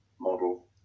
model